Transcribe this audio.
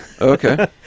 Okay